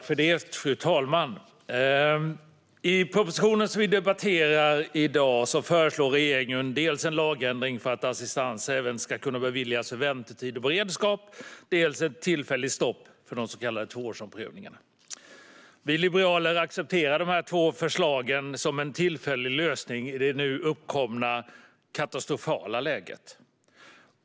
Fru talman! I propositionen som vi debatterar i dag föreslår regeringen dels en lagändring för att assistans även ska kunna beviljas för väntetid och beredskap, dels ett tillfälligt stopp för de så kallade tvåårsomprövningarna. Vi liberaler accepterar dessa två förslag som en tillfällig lösning i det nu uppkomna katastrofala läget.